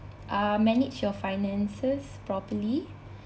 uh manage your finances properly